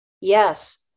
yes